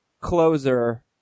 closer